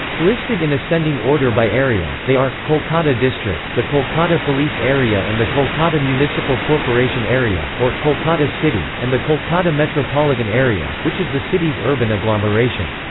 listed in ascending order by area, they are kolkata district the kolkata police area and the kolkata municipal corporation area, or kolkata city and the kolkata metropolitan metropolitan area, which is the city's urban agglomeration.